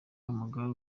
w’amagare